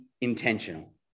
intentional